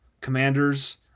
Commanders